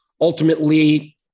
ultimately